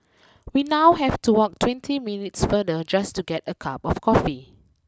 we now have to walk twenty minutes farther just to get a cup of coffee